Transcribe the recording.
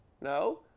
no